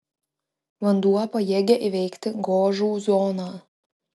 vanduo pajėgia įveikti gožų zoną